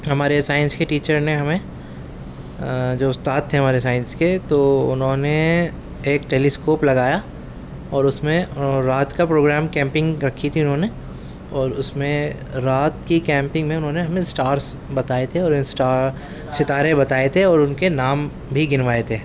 ہمارے سائنس کے ٹیچر نے ہمیں جو استاد تھے ہمارے سائنس کے تو انہوں نے ایک ٹیلی اسکوپ لگایا اور اس میں رات کا پروگرام کیمپنگ رکھی تھی انہوں نے اور اس میں رات کی کیمپنگ میں انہوں نے ہمیں اسٹارس بتائے تھے اور اسٹار ستارے بتائے تھے اور ان کے نام بھی گنوائے تھے